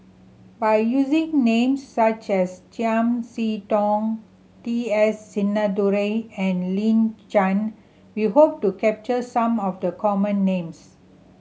by using names such as Chiam See Tong T S Sinnathuray and Lin Chen we hope to capture some of the common names